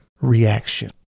reaction